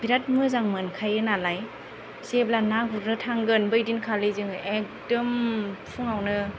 बिराद मोजां मोनखायो नालाय जेब्ला ना गरनो थांगोन बै दिनखालि जोङो एखदम फुङावनो